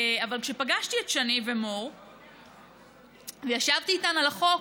אבל כשפגשתי את שני ומור וישבתי איתן על החוק,